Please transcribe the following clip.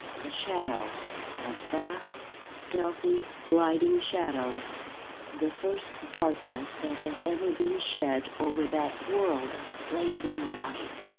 a shadow a vast, stealthy, gliding shadow the first darkness that has ever been shed over that world of blazing light!